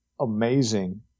amazing